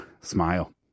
Smile